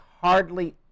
hardly